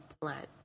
plant